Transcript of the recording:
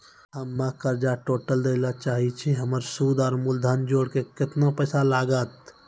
हम्मे कर्जा टोटल दे ला चाहे छी हमर सुद और मूलधन जोर के केतना पैसा लागत?